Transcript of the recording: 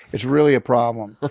it's really a problem.